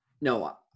no